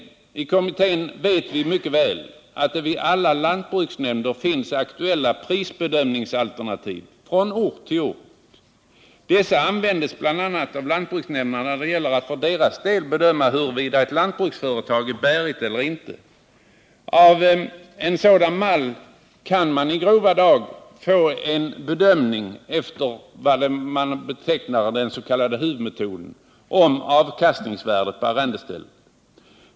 I arrendelagskommittén vet vi mycket väl att det vid alla lantbruksnämnder finns aktuella prisbedömningsalternativ från ort till ort. Dessa används bl.a. av lantbruksnämnderna när det gäller att för deras del bedöma huruvida ett lantbruksföretag är bärigt eller inte. Av en sådan ”mall” kan man i grova drag få en bedömning efter vad man kallar HUV-metoden av avkastningsvärdet på arrendestället.